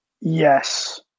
Yes